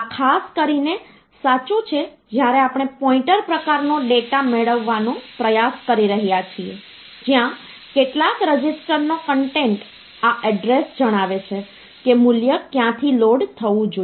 આ ખાસ કરીને સાચું છે જ્યારે આપણે પોઇન્ટર પ્રકારનો ડેટા મેળવવાનો પ્રયાસ કરી રહ્યા છીએ જ્યાં કેટલાક રજીસ્ટરનો કન્ટેન્ટ આ એડ્રેસ જણાવે છે કે મૂલ્ય ક્યાંથી લોડ થવું જોઈએ